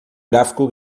gráfico